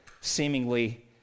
seemingly